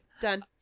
Done